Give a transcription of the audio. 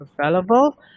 available